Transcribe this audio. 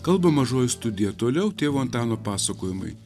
kalba mažoji studija toliau tėvo antano pasakojimai